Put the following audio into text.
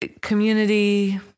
Community